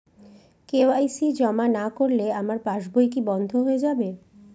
KYC জমা না করলে আমার পাসবই কি বন্ধ হয়ে যাবে?